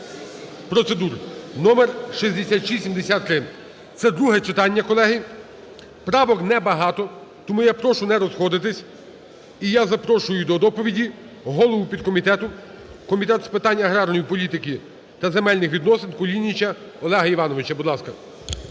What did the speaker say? процедур (№6673). Це друге читання, колеги, правок не багато. Тому я прошу не розходитися. І я запрошую до доповіді голову підкомітету Комітету з питань аграрної політики та земельних відносин Кулініча Олега Івановича. Будь ласка.